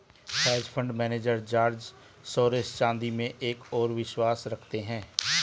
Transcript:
hedge fund manager George Soros चांदी में एक और विश्वास रखते हैं